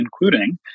including